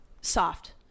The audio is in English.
Soft